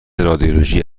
رادیولوژی